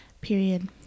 period